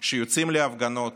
שיוצאים להפגנות,